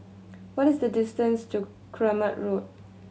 what is the distance to Keramat Road